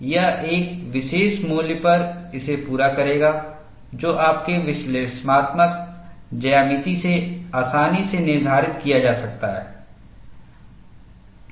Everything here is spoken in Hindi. यह एक विशेष मूल्य पर इसे पूरा करेगा जो आपके विश्लेषणात्मक ज्यामिति से आसानी से निर्धारित किया जा सकता है